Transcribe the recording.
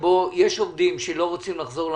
שבו יש עובדים שלא רוצים לחזור לעבודה?